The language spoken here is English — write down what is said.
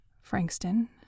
Frankston